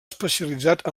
especialitzat